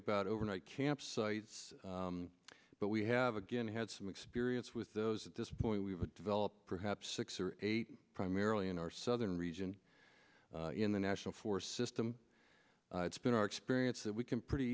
about overnight camp sites but we have again had some experience with those at this point we've developed perhaps six or eight primarily in our southern region in the national forest system it's been our experience that we can pretty